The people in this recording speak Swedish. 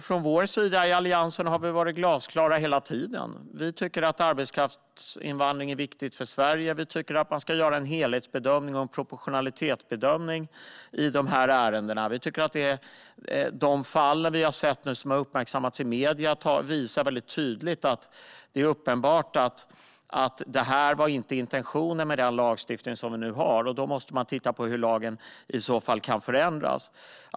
Från vår sida i Alliansen har vi varit glasklara hela tiden: Vi tycker att arbetskraftsinvandring är viktig för Sverige och att det ska göras en helhetsbedömning och en proportionalitetsbedömning i dessa ärenden. De fall som vi har sett uppmärksammas i medierna visar mycket tydligt att det är uppenbart att detta inte var intentionen med den lagstiftning som vi nu har. Då måste man titta på hur lagen i så fall ska kunna förändras.